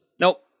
Nope